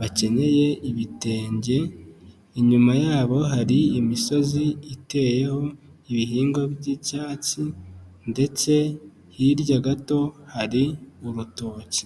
bakenyeye ibitenge, inyuma yabo hari imisozi iteyeho ibihingwa by'icyatsi ndetse hirya gato hari urutoki.